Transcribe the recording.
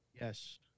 Yes